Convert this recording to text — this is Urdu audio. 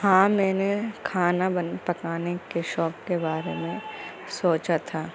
ہاں میں نے کھانا بن پکانے کے شوق کے بارے میں سوچا تھا